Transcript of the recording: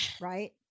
right